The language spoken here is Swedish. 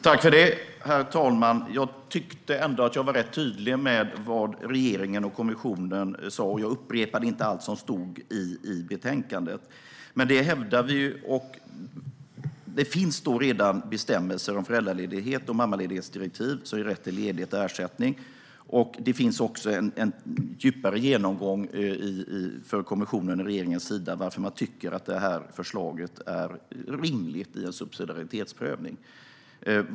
Herr talman! Jag tyckte ändå att jag var rätt tydlig med vad regeringen och kommissionen sa, och jag upprepade inte allt som stod i utlåtandet. Det finns redan bestämmelser om föräldraledighet och mammaledighetsdirektiv som ger rätt till ledighet och ersättning. Det finns också en djupare genomgång från kommissionen och regeringen om varför man tycker att detta förslag är rimligt i en subsidiaritetsprövning.